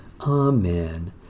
Amen